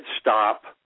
stop